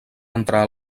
entrar